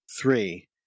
three